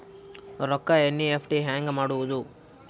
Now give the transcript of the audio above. ರೊಕ್ಕ ಎನ್.ಇ.ಎಫ್.ಟಿ ಹ್ಯಾಂಗ್ ಮಾಡುವುದು?